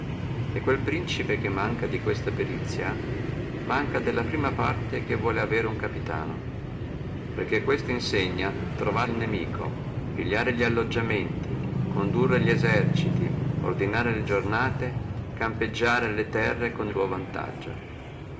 e quel principe che manca di questa perizie manca della prima parte che vuole avere uno capitano perché questa insegna trovare el nimico pigliare li alloggiamenti condurre li eserciti ordinare le giornate campeggiare le terre con tuo vantaggio